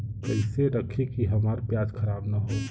कइसे रखी कि हमार प्याज खराब न हो?